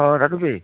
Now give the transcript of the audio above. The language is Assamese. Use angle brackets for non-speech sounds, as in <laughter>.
অঁ <unintelligible>